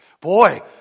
Boy